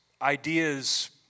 ideas